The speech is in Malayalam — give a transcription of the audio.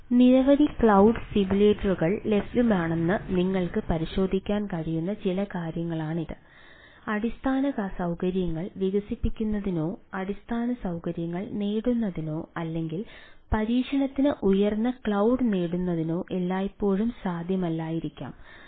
അതിനാൽ നിരവധി ക്ലൌഡ് സിമുലേറ്ററുകൾ ലഭ്യമാണെന്ന് നിങ്ങൾക്ക് പരിശോധിക്കാൻ കഴിയുന്ന ചില കാര്യങ്ങളാണിത് അടിസ്ഥാന സൌകര്യങ്ങൾ വികസിപ്പിക്കുന്നതിനോ അടിസ്ഥാന സൌകര്യങ്ങൾ നേടുന്നതിനോ അല്ലെങ്കിൽ പരീക്ഷണത്തിന് ഉയർന്ന ക്ലൌഡ് നേടുന്നതിനോ എല്ലായ്പ്പോഴും സാധ്യമല്ലായിരിക്കാം